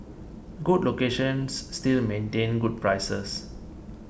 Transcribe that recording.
good locations still maintain good prices